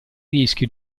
rischio